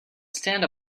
stand